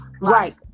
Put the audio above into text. Right